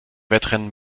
wettrennen